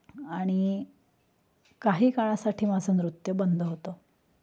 आणि काही काळासाठी माझं नृत्य बंद होतं